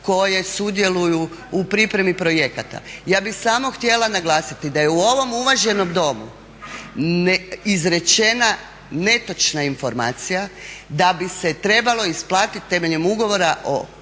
koje sudjeluju u pripremi projekata. Ja bih samo htjela naglasiti da je u ovom uvaženom Domu izrečena netočna informacija da bi se trebalo isplatiti temeljem ugovora o